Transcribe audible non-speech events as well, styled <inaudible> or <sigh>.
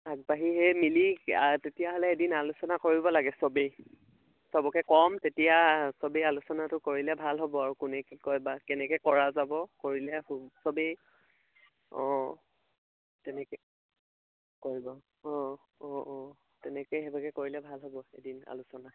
আগবাঢ়ি সেয়া মিলি তেতিয়াহ'লে এদিন আলোচনা কৰিব লাগে চবেই চবকে ক'ম তেতিয়া চবেই আলোচনাটো কৰিলে ভাল হ'ব আৰু কোনে কি কয় বা কেনেকৈ কৰা যাব কৰিলে <unintelligible> চবেই অঁ তেনেকৈ কৰিব অঁ অঁ অঁ তেনেকৈ সেইভাগেই কৰিলে ভাল হ'ব এদিন আলোচনা